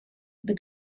the